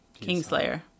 Kingslayer